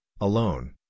alone